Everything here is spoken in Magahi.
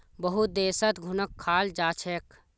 बहुत देशत घुनक खाल जा छेक